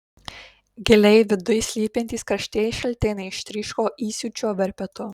giliai viduj slypintys karštieji šaltiniai ištryško įsiūčio verpetu